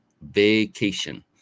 vacation